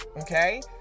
Okay